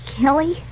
Kelly